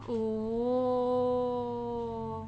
oh